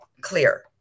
clear